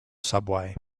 subway